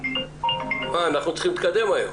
גם אם נכנסו בדיעבד.